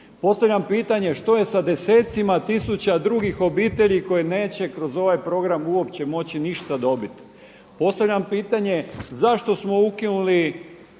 Postavljam pitanje što je sa desecima tisuća drugih obitelji koji neće kroz ovaj program uopće moći ništa dobiti. Postavljam pitanje zašto smo ukinuli